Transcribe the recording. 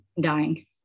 dying